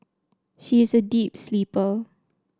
she is a deep sleeper